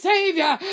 Savior